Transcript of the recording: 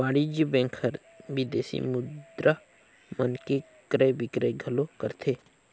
वाणिज्य बेंक हर विदेसी मुद्रा मन के क्रय बिक्रय घलो करथे